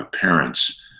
parents